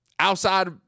outside